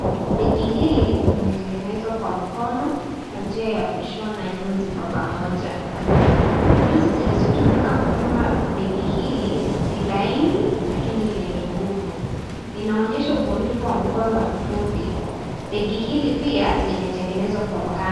Begi hili limetengenezwa kwa mkono kwa njia ya kushona nyuzi kwa pamoja. Nyuzi ziilizotumika kufumba begi hili ni laini lakini lenye nguvu. Linaonyesha ubunifu wa mkono wa mfundi. Begi hili pia limetengenezwa kwa mkanda.